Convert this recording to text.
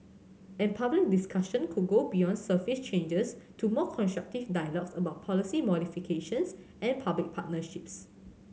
and public discussion could go beyond surface changes to more constructive dialogue about policy modifications and public partnerships